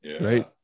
right